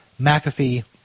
McAfee